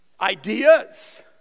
ideas